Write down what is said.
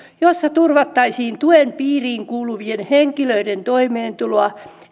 jolla turvattaisiin tuen piiriin kuuluvien henkilöiden toimeentuloa